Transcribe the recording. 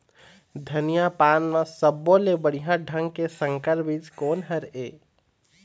धनिया पान म सब्बो ले बढ़िया ढंग के संकर बीज कोन हर ऐप?